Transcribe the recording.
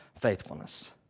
faithfulness